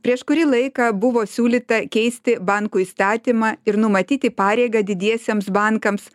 prieš kurį laiką buvo siūlyta keisti bankų įstatymą ir numatyti pareigą didiesiems bankams